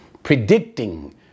predicting